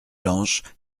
blanches